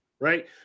Right